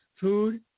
food